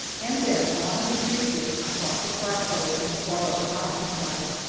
and then on he streaked it across a plateau and far up a mountain side,